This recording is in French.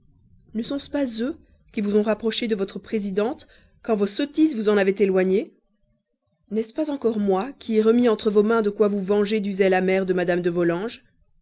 ne sont-ce pas eux qui vous ont rapproché de votre présidente quand vos sottises vous en avaient éloigné n'est-ce pas encore moi qui ai remis entre vos mains de quoi vous venger du zèle amer de mme de